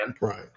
Right